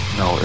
no